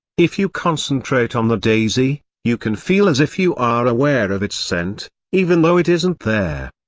if you concentrate on the daisy, you can feel as if you are aware of its scent, even though it isn't there.